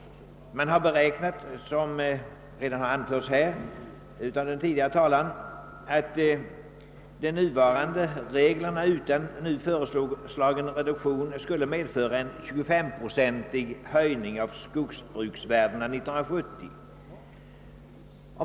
Som den föregående talaren nämnde skulle de nuvarande reglerna utan nu föreslagen reduktion medföra en 25 procentig höjning av skogsbruksvärdena 1970.